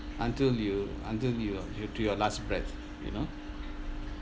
until you until you are you to your last breath you know